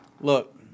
Look